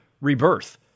rebirth